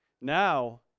now